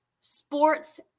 Sports